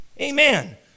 Amen